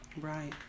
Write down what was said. Right